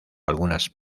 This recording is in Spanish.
algunas